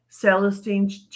Celestine